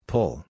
Pull